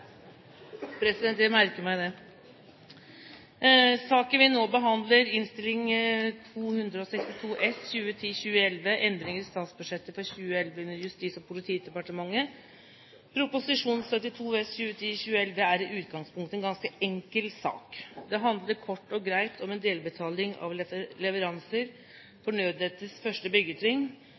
president! Saken vi nå behandler, Innst. 262 S for 2010–2011 Endringer i statsbudsjettet for 2011 under Justis- og politidepartementet, Prop. 72 S for 2010–2011 er i utgangspunktet en ganske enkel sak. Det handler kort og greit om en delbetaling av leveranser for Nødnetts første